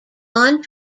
gone